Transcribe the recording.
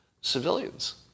civilians